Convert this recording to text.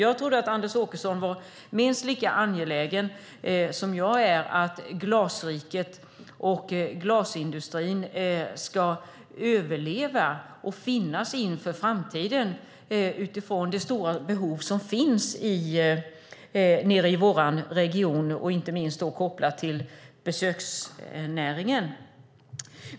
Jag trodde att Anders Åkesson var minst lika angelägen som jag om att Glasriket och glasindustrin ska överleva och finnas i framtiden med tanke på det stora behov som finns nere i vår region, inte minst kopplat till besöksnäringen.